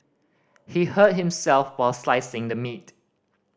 he hurt himself were slicing the meat